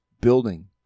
building